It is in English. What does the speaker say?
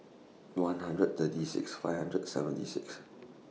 one hundred thirty six five hundred seventy six